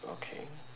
okay